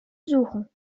suchen